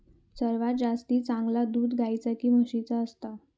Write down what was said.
सर्वात जास्ती चांगला दूध गाईचा की म्हशीचा असता?